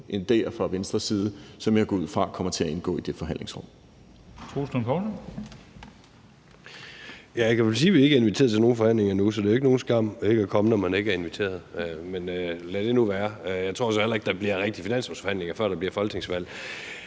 Troels Lund Poulsen. Kl. 09:40 Troels Lund Poulsen (V): Jeg kan sige, at vi ikke er inviteret til nogen forhandlinger endnu, så det er jo ikke nogen skam ikke at komme, når man ikke er inviteret. Men lad det nu være. Jeg tror så heller ikke, der rigtig bliver finanslovsforhandlinger, før der bliver folketingsvalg.